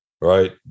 right